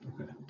okay